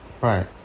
Right